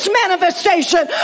manifestation